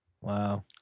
Wow